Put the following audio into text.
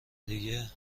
دیگه